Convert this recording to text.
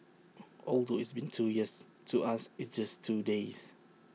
although it's been two years to us it's just two days